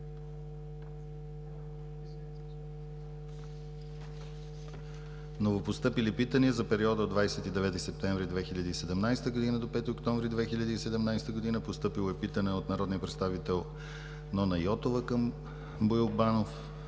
Новопостъпили питания за периода от 29 септември 2017 г. до 5 октомври 2017 г. от: - народния представител Нона Йотова към Боил Банов